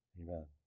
Amen